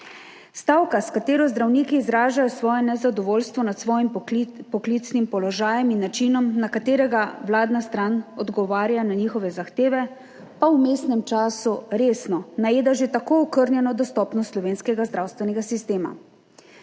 Stavka, s katero zdravniki izražajo svoje nezadovoljstvo nad svojim poklicnim položajem in načinom, na katerega vladna stran odgovarja na njihove zahteve, pa v vmesnem času resno najeda že tako okrnjeno dostopnost slovenskega zdravstvenega sistema.